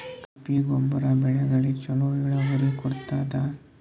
ತಿಪ್ಪಿ ಗೊಬ್ಬರ ಬೆಳಿಗೋಳಿಗಿ ಚಲೋ ಇಳುವರಿ ಕೊಡತಾದ?